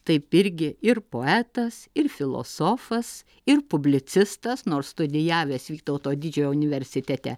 taip irgi ir poetas ir filosofas ir publicistas nors studijavęs vytauto didžiojo universitete